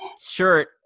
shirt